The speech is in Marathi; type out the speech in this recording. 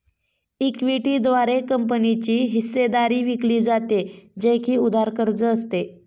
इक्विटी द्वारे कंपनीची हिस्सेदारी विकली जाते, जे की उधार कर्ज असते